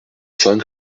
cinq